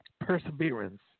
perseverance